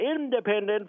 independent